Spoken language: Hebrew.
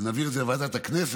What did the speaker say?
אנחנו נעביר את זה לוועדת הכנסת,